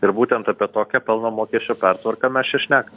ir būtent apie tokią pelno mokesčio pertvarką mes čia šnekam